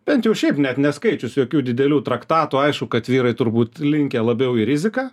bent jau šiaip net neskaičius jokių didelių traktatų aišku kad vyrai turbūt linkę labiau į riziką